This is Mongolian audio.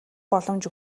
боломж